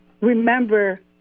remember